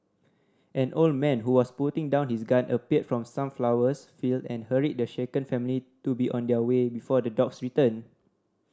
an old man who was putting down his gun appeared from the sunflowers field and hurried the shaken family to be on their way before the dogs return